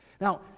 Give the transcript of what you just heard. Now